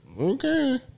Okay